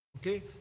Okay